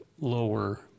lower